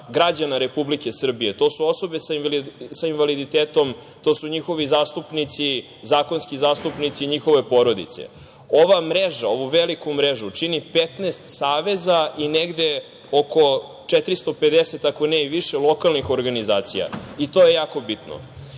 građana Republike Srbije. To su osobe sa invaliditetom, to su njihovi zastupnici, zakonski zastupnici i njihove porodice. Ova mreža, ovu veliku mrežu čini 15 saveza i negde oko 450, ako ne i više, lokalnih organizacija. To je jako bitno. Na